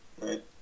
Right